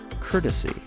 courtesy